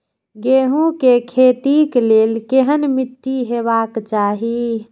गेहूं के खेतीक लेल केहन मीट्टी हेबाक चाही?